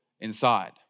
inside